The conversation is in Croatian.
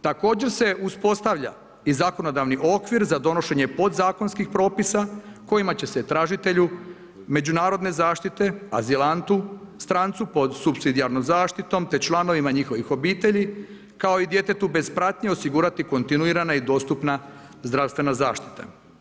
Također se uspostavlja i zakonodavni okvir za donošenje podzakonskih propisa kojima će se tražitelju međunarodne zaštite, azilantu, strancu pod supsidijarnom zaštitom te članovima njihovim obitelji, kao i djetetu bez pratnje, osigurati kontinuirana i dostupna zdravstvena zaštita.